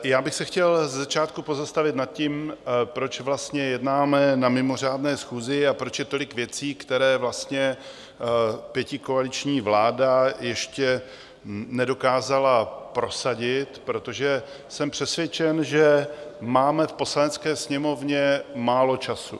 Ze začátku bych se chtěl pozastavit nad tím, proč vlastně jednáme na mimořádné schůzi a proč je tolik věcí, které vlastně pětikoaliční vláda ještě nedokázala prosadit, protože jsem přesvědčen, že máme v Poslanecké sněmovně málo času.